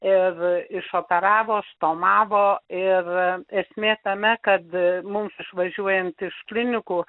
ir išoperavo stomavo ir esmė tame kad mums išvažiuojant iš klinikų